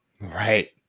Right